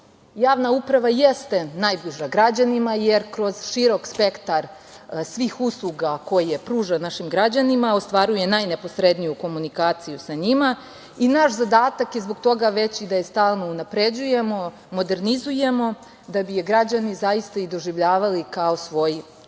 uprava jeste najbliža građanima, jer kroz širok spektar svih usluga koje pruža našim građanima ostvaruje najneposredniju komunikaciju sa njima. Naš zadatak je zbog toga i da je stalno unapređujemo, modernizujemo da bi je građani zaista i doživljavali kao svoj